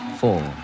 four